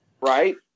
Right